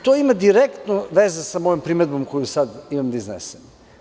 To ima direktnu vezu sa mojom primedbom koju sada imam da iznesem.